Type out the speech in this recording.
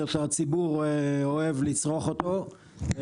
זה שהציבור אוהב לצרוך אותו,